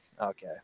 Okay